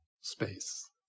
space